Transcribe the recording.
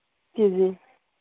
ਜੀ ਜੀ